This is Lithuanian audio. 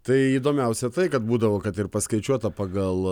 tai įdomiausia tai kad būdavo kad ir paskaičiuota pagal